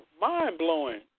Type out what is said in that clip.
mind-blowing